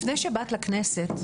לפני שבאת לכנסת,